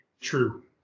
true